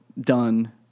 done